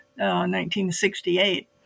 1968